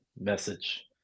message